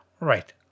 Right